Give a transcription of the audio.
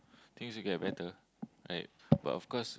things will get better like but of course